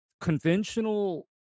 conventional